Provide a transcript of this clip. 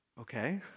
Okay